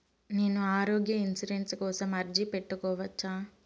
నేను ఆరోగ్య ఇన్సూరెన్సు కోసం అర్జీ పెట్టుకోవచ్చా?